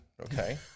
okay